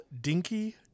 Dinky